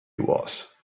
was